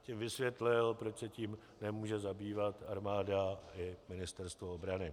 Tím vysvětlil, proč se tím nemůže zabývat armáda i Ministerstvo obrany.